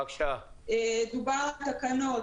דובר על תקנות.